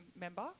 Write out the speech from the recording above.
member